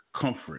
comfort